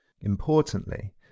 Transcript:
Importantly